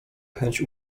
chęć